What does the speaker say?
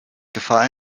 gefahr